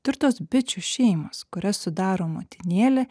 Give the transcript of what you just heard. tirtos bičių šeimos kurias sudaro motinėlė